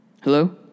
Hello